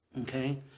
Okay